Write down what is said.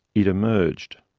it emerged,